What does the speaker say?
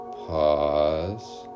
pause